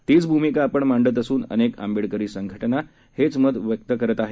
तीच भ्मिका आपण मांडत असून अनेक आंबेडकरी संघटना हेच मत व्यक्त करत आहेत